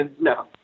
No